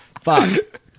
Fuck